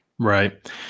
right